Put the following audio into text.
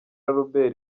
robert